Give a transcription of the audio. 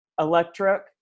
electric